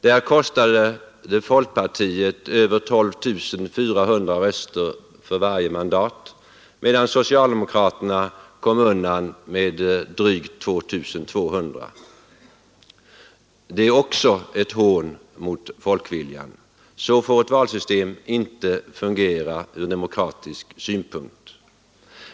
Där kostade det folkpartiet över 12 400 röster för varje mandat, medan socialdemokraterna kom undan med drygt 2 200. Det är också ett hån mot folkviljan. Så får ett valsystem inte fungera ur demokratisk synpunkt.